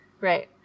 Right